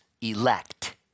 elect